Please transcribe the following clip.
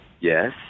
yes